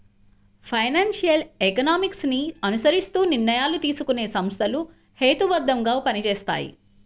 financial economics ని అనుసరిస్తూ నిర్ణయాలు తీసుకునే సంస్థలు హేతుబద్ధంగా పనిచేస్తాయి